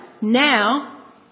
now